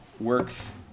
Works